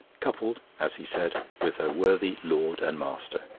coupled, as he said, with her worthy lord and master.